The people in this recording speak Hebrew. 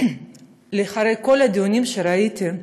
אחרי כל הדיונים שראיתי,